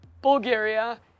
Bulgaria